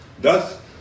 Thus